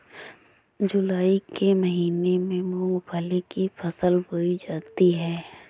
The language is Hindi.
जूलाई के महीने में मूंगफली की फसल बोई जाती है